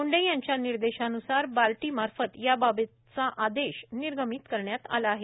मुंडे यांच्या निर्देशानुसार बार्टी मार्फत याबाबतचा आदेश निर्गमित करण्यात आला आहे